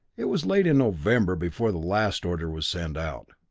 it was late in november before the last order was sent out.